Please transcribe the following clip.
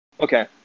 Okay